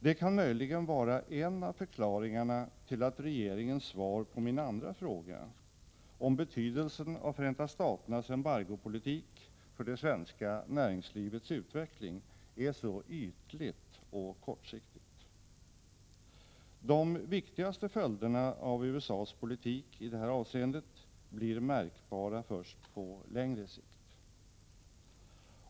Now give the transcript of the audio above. Det kan möjligen vara en av förklaringarna till att regeringens svar på min andra fråga, om betydelsen av Förenta Staternas embargopolitik för det svenska näringslivets utveckling, är så ytligt och kortsiktigt. De viktigaste följderna av USA:s politik i det här avseendet blir märkbara först på längre sikt.